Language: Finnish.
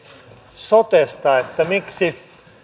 sotesta että miksi